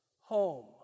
home